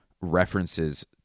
references